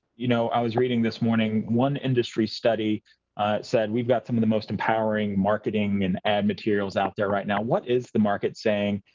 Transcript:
you know. i was reading this morning, one industry study said we've got some of the most empowering marketing and ad materials out there right now. what is the market saying?